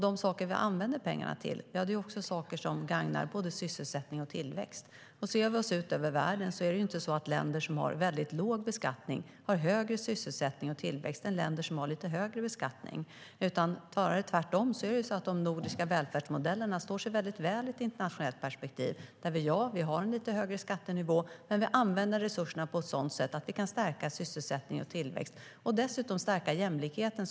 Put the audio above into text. De saker vi använder pengarna till är också saker som gagnar både sysselsättning och tillväxt. Ser vi ut över världen är det inte så att länder som har väldigt låg beskattning har högre sysselsättning och tillväxt än länder som har lite högre beskattning. Det är snarare tvärtom. De nordiska välfärdsmodellerna står sig väldigt väl i ett internationellt perspektiv. Vi har en lite högre skattenivå. Men vi använder resurserna på ett sådant sätt att vi kan stärka sysselsättning och tillväxt. Vi kan dessutom stärka jämlikheten.